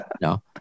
No